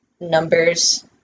numbers